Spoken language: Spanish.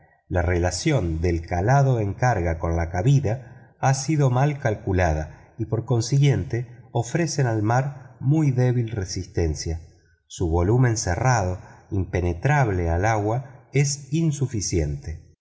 la relación del calado en carga con la cabida ha sido mal calculada y por consiguiente ofrecen al mar muy débil resistencia su volumen cerrado impenetrable al agua es insuficiente